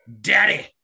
daddy